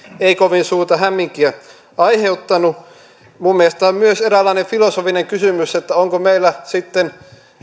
ei kovin suurta hämminkiä aiheuttanut mielestäni tämä on myös eräänlainen filosofinen kysymys että onko meillä sitten